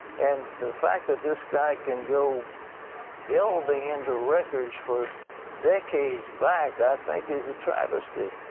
and the fact that this guy can go delving into records for decades back i think is a travesty.